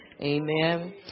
amen